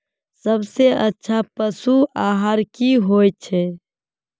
सबसे अच्छा पशु आहार की होचए?